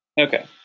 okay